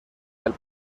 del